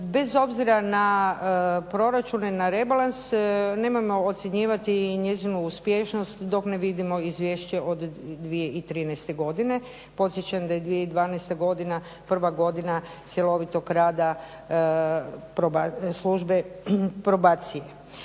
Bez obzira na proračune, na rebalans nemojmo ocjenjivati njezinu uspješnost dok ne vidimo izvješće od 2013. godine. Podsjećam da je 2012. godina prva godina cjelovitog rada službe probacije.